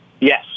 Yes